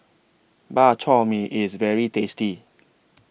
Bak Chor Mee IS very tasty